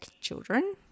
children